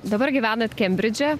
dabar gyvenat kembridže